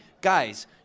Guys